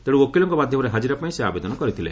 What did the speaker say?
ତେଣୁ ଓକିଲଙ୍କ ମାଧ୍ୟମରେ ହାଜିରା ପାଇଁ ସେ ଆବେଦନ କରିଥିଲେ